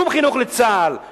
שום חינוך לשירות בצה"ל,